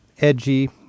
edgy